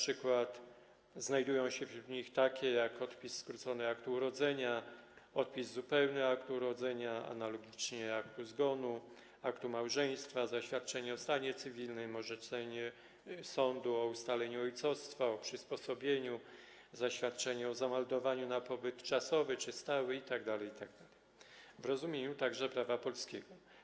Znajdują się np. wśród nich takie, jak: odpis skrócony aktu urodzenia, odpis zupełny aktu urodzenia, analogicznie aktu zgonu, aktu małżeństwa, zaświadczenie o stanie cywilnym, orzeczenie sądu o ustaleniu ojcostwa, o przysposobieniu, zaświadczenie o zameldowaniu na pobyt czasowy czy stały itd., itd., w rozumieniu także prawa polskiego.